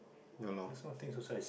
yeah loh